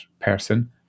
person